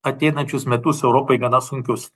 ateinančius metus europai gana sunkius